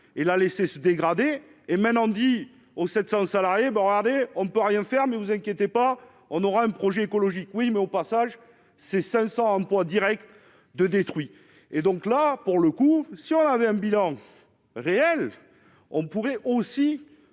et la laisser se dégrader et maintenant dit aux 700 salariés bon, regardez, on ne peut rien faire mais vous inquiétez pas, on aura un projet écologique oui mais au passage, ces 500 emplois Directs de détruits, et donc là pour le coup, si on avait un bilan réel, on pourrait aussi